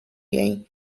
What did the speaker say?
jej